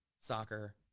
soccer